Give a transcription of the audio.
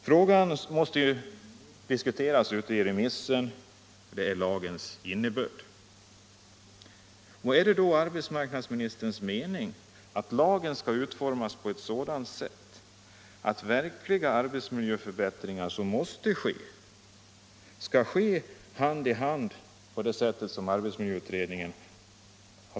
Är det arbetsmarknadsministerns mening att lagen skall utformas så, som arbetsmiljöutredningen föreslagit, att åtgärder för arbetsmiljöförbättringar som verkligen måste vidtas skall komma till stånd i samverkan med arbetsköparna?